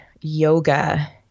yoga